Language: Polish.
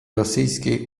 rosyjskiej